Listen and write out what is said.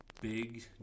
big